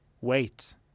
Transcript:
wait